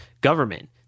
government